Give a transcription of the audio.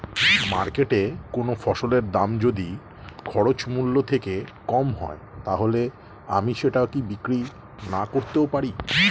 মার্কেটৈ কোন ফসলের দাম যদি খরচ মূল্য থেকে কম হয় তাহলে আমি সেটা কি বিক্রি নাকরতেও পারি?